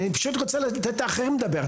אני פשוט רוצה לתת גם לאחרים לדבר,